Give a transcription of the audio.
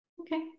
okay